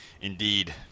Indeed